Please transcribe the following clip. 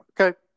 Okay